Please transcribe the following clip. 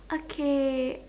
okay